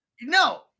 No